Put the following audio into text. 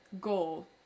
goal